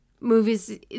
movies